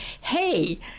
Hey